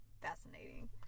fascinating